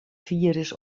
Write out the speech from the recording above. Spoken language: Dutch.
virus